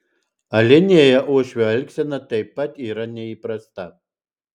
alinėje uošvio elgsena taip pat yra neįprasta